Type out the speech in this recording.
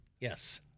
Yes